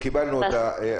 קיבלנו אותה.